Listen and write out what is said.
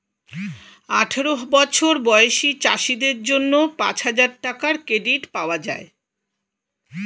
আঠারো বছর বয়সী চাষীদের জন্য পাঁচহাজার টাকার ক্রেডিট পাওয়া যায়